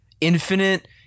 infinite